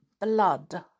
blood